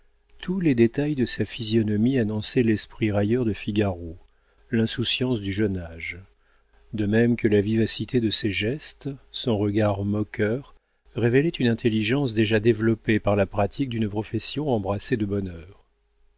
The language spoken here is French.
tous les détails de sa physionomie annonçaient l'esprit railleur de figaro l'insouciance du jeune âge de même que la vivacité de ses gestes son regard moqueur révélaient une intelligence déjà développée par la pratique d'une profession embrassée de bonne